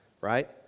right